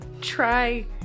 try